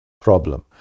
problem